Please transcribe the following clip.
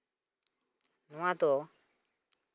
ᱱᱚᱣᱟᱫᱚ